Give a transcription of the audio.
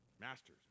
Masters